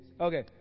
Okay